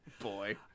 Boy